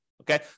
Okay